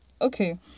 okay